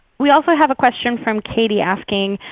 we also have a question from katie asking,